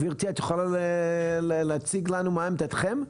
גברתי, את יכולה להציג לנו מה עמדתכם?